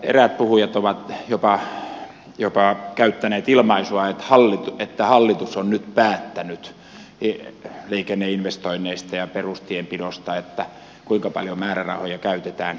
eräät puhujat ovat jopa käyttäneet ilmaisua että hallitus on nyt päättänyt liikenneinvestoinneista ja perustienpidosta kuinka paljon määrärahoja käytetään näihin